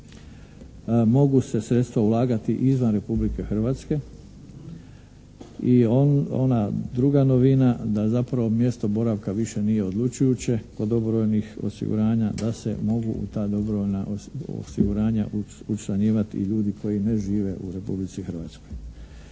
mogu se sredstva ulagati izvan Republike Hrvatske. I ona druga novina da zapravo mjesto boravka više nije odlučujuće kod dobrovoljnih osiguranja, da se mogu u ta dobrovoljna osiguranja učlanjivati i ljudi koji ne žive u Republici Hrvatskoj.